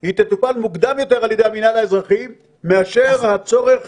היא תטופל מוקדם יותר על ידי המינהל האזרחי מאשר הצורך